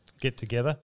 get-together